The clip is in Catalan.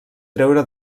treure